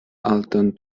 altan